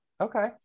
Okay